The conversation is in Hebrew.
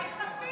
יאיר לפיד.